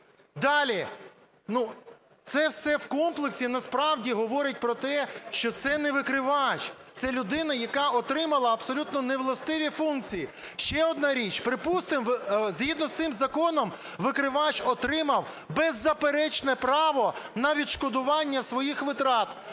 Далі. Це все в комплексі насправді говорить про те, що це не викривач, це людина, яка отримала абсолютно невластиві функції. Ще одна річ. Припустимо, згідно з цим законом викривач отримав беззаперечне право на відшкодування своїх витрат.